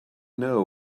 know